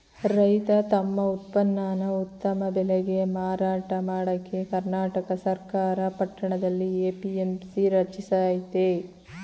ರೈತ ತಮ್ ಉತ್ಪನ್ನನ ಉತ್ತಮ ಬೆಲೆಗೆ ಮಾರಾಟ ಮಾಡಕೆ ಕರ್ನಾಟಕ ಸರ್ಕಾರ ಪಟ್ಟಣದಲ್ಲಿ ಎ.ಪಿ.ಎಂ.ಸಿ ರಚಿಸಯ್ತೆ